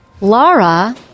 Laura